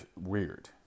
weird